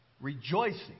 rejoicing